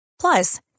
plus